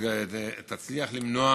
תצליח למנוע